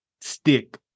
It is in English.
stick